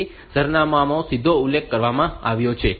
તેથી સરનામાંનો સીધો ઉલ્લેખ કરવામાં આવ્યો છે